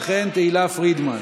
וכן את תהלה פרידמן.